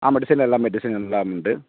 ஆமாம் டிசைன் எல்லாமே டிசைன் எல்லாமே உண்டு